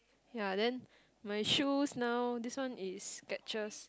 ya then my shoes now this one is Skechers